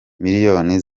miliyoni